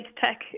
tech